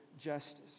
justice